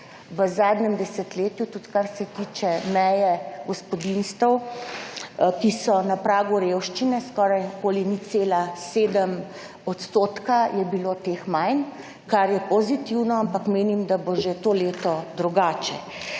v zadnjem desetletju tudi kar se tiče meje gospodinjstev, ki so na pragu revščine, skoraj okoli 0,7 % je bilo teh manj, kar je pozitivno, ampak menim, da bo že to leto drugače.